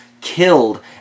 killed